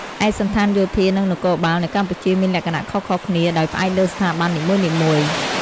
ឯកសណ្ឋានយោធា និងនគរបាលនៅកម្ពុជាមានលក្ខណៈខុសៗគ្នាដោយផ្អែកលើស្ថាប័ននីមួយៗ។